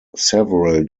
several